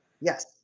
Yes